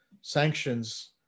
sanctions